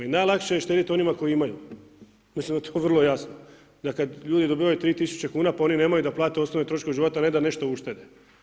I najlakše je štediti onima koji imaju, mislim da je to vrlo jasno, da kada ljudi dobivaju 3000 kuna pa oni nemaju da plate osnovne troškove života, a ne da nešto uštede.